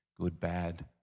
good-bad